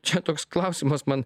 čia toks klausimas man